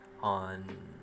on